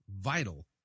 vital